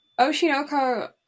Oshinoko